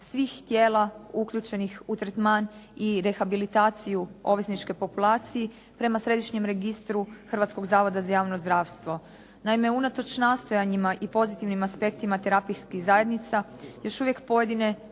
svih tijela uključenih u tretman i rehabilitaciju ovisničke populacije prema Središnjem registru Hrvatskog zavoda za javno zdravstvo. Naime, unatoč nastojanjima i pozitivnim aspektima terapijskih zajednica još uvijek pojedine